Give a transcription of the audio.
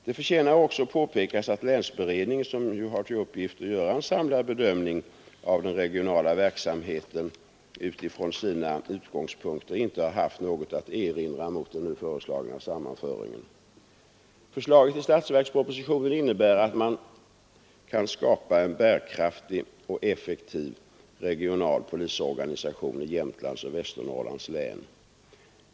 Det förtjänar påpekas att länsberedningen, som ju har till uppgift att göra en samlad bedömning av den regionala verksamheten utifrån sina utgångspunkter, inte haft något att erinra mot den nu föreslagna sammanföringen. Förslaget i statsverkspropositionen innebär att man kan skapa en bärkraftig och effektiv regional polisorganisation i Jämtlands och Västernorrlands län.